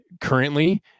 currently